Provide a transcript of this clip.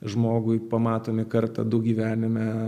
žmogui pamatomi kartą du gyvenime